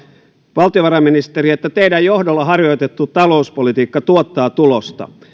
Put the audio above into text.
valtiovarainministeri että teidän johdollanne harjoitettu talouspolitiikka tuottaa tulosta